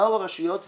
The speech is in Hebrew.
באו הרשויות ואמרו,